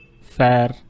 Fair